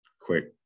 Quick